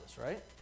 right